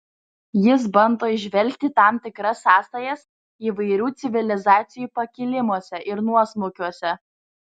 jis bando įžvelgti tam tikras sąsajas įvairių civilizacijų pakilimuose ir nuosmukiuose